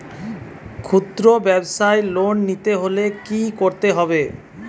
খুদ্রব্যাবসায় লোন নিতে হলে কি করতে হবে?